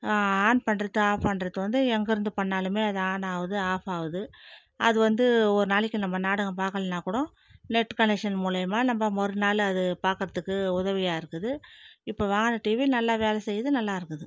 on பண்றது off பண்றது வந்து எங்கேருந்து பண்ணாலும் அது ஆன் ஆவுது ஆஃப் ஆவுது அது வந்து ஒரு நாளைக்கு நம்ம நாடகம் பார்க்கலன்னா கூடோ நெட் கனெக்ஷன் மூலியமா நம்ப மறு நாள் அது பார்க்கறதுக்கு உதவியாக இருக்குது இப்போ வாங்கின டிவி நல்லா வேலை செய்யுது நல்லா இருக்குது